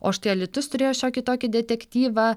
o štai alytus turėjo šiokį tokį detektyvą